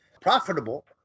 profitable